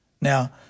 Now